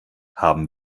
haben